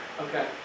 Okay